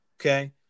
Okay